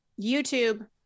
YouTube